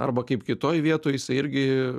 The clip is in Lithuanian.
arba kaip kitoj vietoj jisai irgi